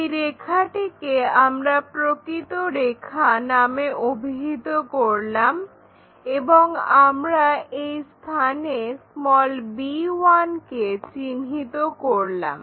এই রেখাটিকে আমরা প্রকৃত রেখা নামে অভিহিত করলাম এবং আমরা এই স্থানে b1 কে চিহ্নিত করলাম